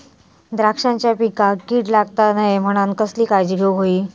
द्राक्षांच्या पिकांक कीड लागता नये म्हणान कसली काळजी घेऊक होई?